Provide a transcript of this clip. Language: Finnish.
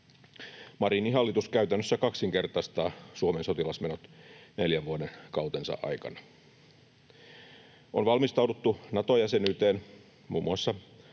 Marinin hallitus käytännössä kaksinkertaistaa Suomen sotilasmenot neljän vuoden kautensa aikana. On valmistauduttu Nato-jäsenyyteen muun muassa